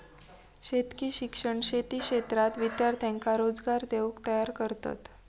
शेतकी शिक्षण शेती क्षेत्रात विद्यार्थ्यांका रोजगार देऊक तयार करतत